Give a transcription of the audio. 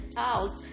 house